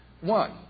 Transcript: One